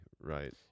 right